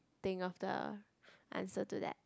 think of the answer to that